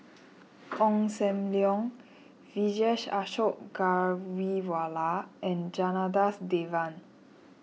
Ong Sam Leong Vijesh Ashok Ghariwala and Janadas Devan